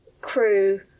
crew